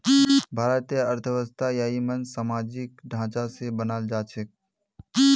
भारतेर अर्थव्यवस्था ययिंमन सामाजिक ढांचा स बनाल छेक